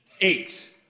Eight